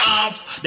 off